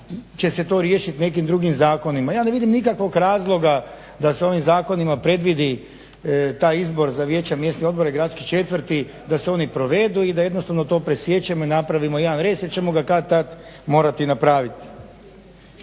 će se to riješiti nekim drugim zakonima. Ja ne vidim nikakvog razloga da se ovim zakonima predvidi taj izbor za vijeća mjesne odbore, gradske četvrti, da se oni provedu i da jednostavno to presiječemo i napravimo jedan rez, jer ćemo ga kad tad morati napraviti.